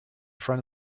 front